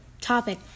topic